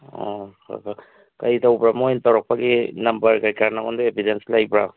ꯑꯥ ꯍꯣꯏ ꯍꯣꯏ ꯀꯩꯇꯧꯕ꯭ꯔꯥ ꯃꯣꯏꯅ ꯇꯧꯔꯛꯄꯒꯤ ꯅꯝꯕꯔ ꯀꯩꯀꯥ ꯅꯪꯉꯣꯟꯗ ꯏꯚꯤꯗꯦꯟꯁ ꯂꯩꯕ꯭ꯔꯣ